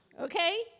okay